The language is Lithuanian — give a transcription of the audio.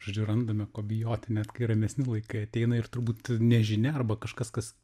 žodžiu randame ko bijoti net kai ramesni laikai ateina ir turbūt nežinia arba kažkas kas